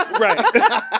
Right